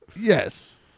Yes